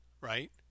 Right